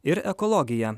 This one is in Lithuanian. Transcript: ir ekologija